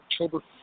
October